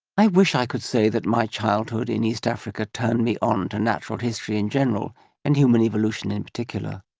i wish i could say that my childhood in east africa turned me on to natural history in general and human evolution in particular,